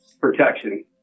protection